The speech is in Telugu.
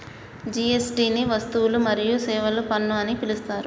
జీ.ఎస్.టి ని వస్తువులు మరియు సేవల పన్ను అని పిలుత్తారు